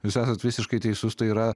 jūs esat visiškai teisus tai yra